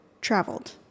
traveled